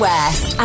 West